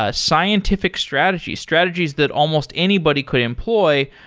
ah scientific strategies, strategies that almost anybody could employ,